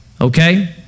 Okay